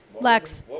Lex